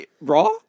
Raw